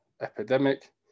epidemic